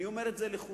אני אומר את זה לכולנו,